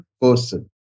person